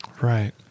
Right